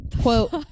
quote